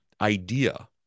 idea